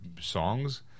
songs